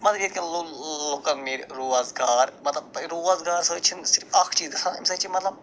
مطلب ییٚتہِ کٮ۪ن لُہ لُکن مِلہِ روزگار مطلب روزگار سۭتۍ چھِنہٕ صِرف اکھ چیٖز گَژھان اَمہِ سۭتۍ چھِ مطلب